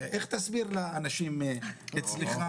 איך תסביר לאנשים אצלך,